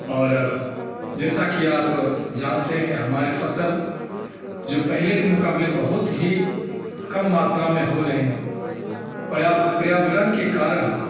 और जैसा कि आप जानते हैं हमारी फसल जो पहले के मुकाबले बहुत ही कम मात्रा में हो रहे हैं पर्या पर्यावरण के कारण